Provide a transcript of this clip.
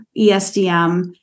ESDM